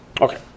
Okay